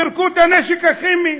ופירקו את הנשק הכימי.